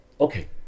okay